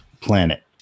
planet